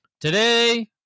Today